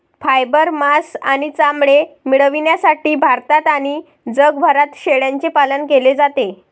fibre, मांस आणि चामडे मिळविण्यासाठी भारतात आणि जगभरात शेळ्यांचे पालन केले जाते